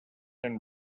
and